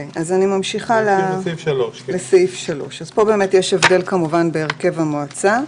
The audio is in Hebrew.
אני ממשיכה לסעיף 3. פה יש הבדל בהרכב המועצה,